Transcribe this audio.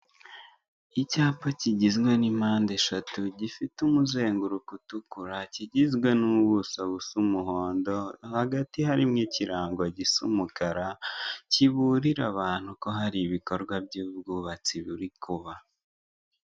Icyapa kigizwe n'impande eshatu gifite umuzenguruko utukura, kigizwe n'ubuso busa umuhondo, hagati harimo ikirango gisa umukara, kiburira abantu ko hari ibikorwa by'ubwubatsi buri kuba.